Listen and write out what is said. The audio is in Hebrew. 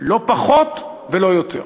לא פחות ולא יותר.